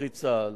קרי צה"ל.